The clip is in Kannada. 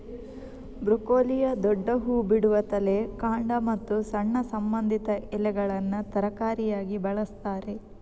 ಬ್ರೊಕೊಲಿಯ ದೊಡ್ಡ ಹೂ ಬಿಡುವ ತಲೆ, ಕಾಂಡ ಮತ್ತು ಸಣ್ಣ ಸಂಬಂಧಿತ ಎಲೆಗಳನ್ನ ತರಕಾರಿಯಾಗಿ ಬಳಸ್ತಾರೆ